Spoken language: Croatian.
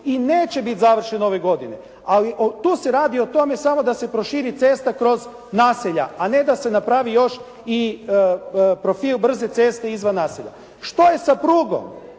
i neće biti završen ove godine. Ali tu se radi o tome samo da se proširi cesta kroz naselja, a ne da se napravi još i profil brze ceste izvan naselja. Što je sa prugom?